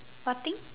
what thing